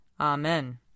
Amen